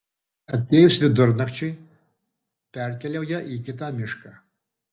atėjus vidunakčiui perkeliauja į kitą mišką